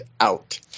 out